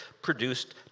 produced